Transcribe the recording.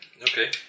Okay